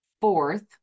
Fourth